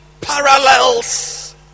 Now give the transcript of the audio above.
parallels